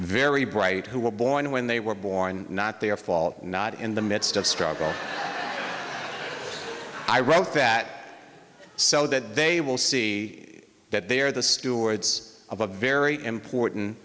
very bright who were born when they were born not their fault not in the midst of struggle i wrote that so that they will see that they are the stewards of a very important